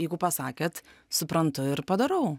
jeigu pasakėt suprantu ir padarau